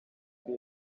ubwo